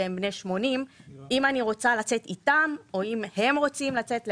הם בני 80. אם אני רוצה לצאת איתם או אם הם רוצים לצאת לאנשהו,